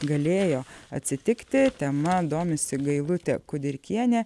galėjo atsitikti tema domisi gailutė kudirkienė